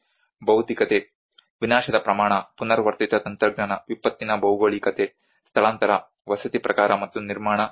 ಭೌತಿಕತೆ ವಿನಾಶದ ಪ್ರಮಾಣ ಪುನರಾವರ್ತಿತ ತಂತ್ರಜ್ಞಾನ ವಿಪತ್ತಿನ ಭೌಗೋಳಿಕತೆ ಸ್ಥಳಾಂತರ ವಸತಿ ಪ್ರಕಾರ ಮತ್ತು ನಿರ್ಮಾಣ ಉದ್ಯಮ